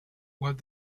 what